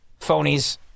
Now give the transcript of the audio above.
phonies